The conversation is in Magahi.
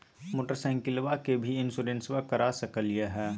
मोटरसाइकिलबा के भी इंसोरेंसबा करा सकलीय है?